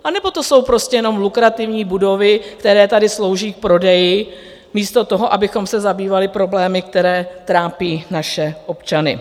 Anebo to jsou prostě jenom lukrativní budovy, které tady slouží k prodeji místo toho, abychom se zabývali problémy, které trápí naše občany?